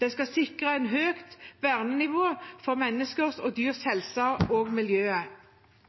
Den skal sikre et høyt vernenivå for menneskers og dyrs